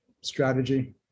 strategy